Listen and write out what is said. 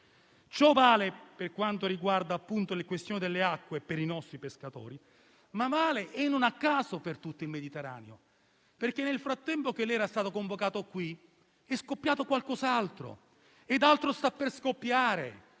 Ciò vale per quanto riguarda la questione delle acque per i nostri pescatori, ma vale - e non a caso - per tutto il Mediterraneo, perché nel frattempo che lei è stato convocato qui, signor Ministro, è scoppiato qualcos'altro e altro sta per scoppiare.